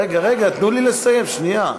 רגע, רגע, תנו לי לסיים, שנייה.